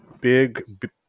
big